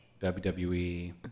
WWE